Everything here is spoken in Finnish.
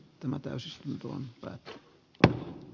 tämä teos syytä hyväksyä